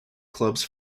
clubs